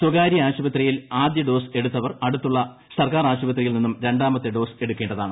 സ്വകാര്യ ആശുപത്രിയിൽ ആദ്യ ഡോസ് എടുത്തവർ അടുത്തുള്ള സർക്കാർ ആശുപത്രിയിൽ നിന്നും രണ്ടാമത്തെ ഡോസ് എടുക്കേണ്ടതാണ്